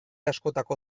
askotako